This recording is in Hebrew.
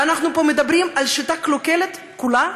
ואנחנו פה מדברים על שיטה קלוקלת כולה,